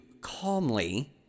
calmly